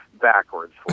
backwards